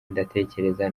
ndatekereza